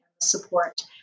support